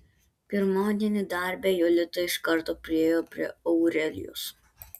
pirmadienį darbe jolita iš karto priėjo prie aurelijos